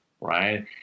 right